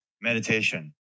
meditation